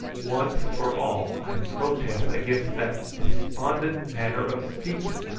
once for all i protest against that despondent manner of speaking.